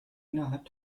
innerhalb